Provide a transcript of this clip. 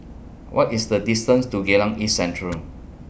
What IS The distance to Geylang East Central